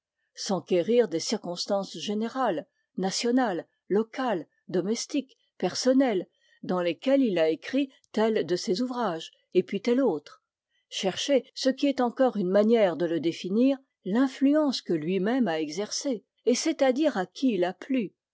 s'enquérir des circonstances générales nationales locales domestiques personnelles dans lesquelles il a écrit tel de ses ouvrages et puis tel autre chercher ce qui est encore une manière de le définir l'influence que lui-même a exercée et c'est-à-dire à qui il a plu